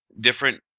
different